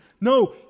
No